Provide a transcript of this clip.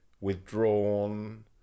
withdrawn